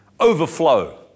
overflow